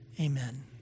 amen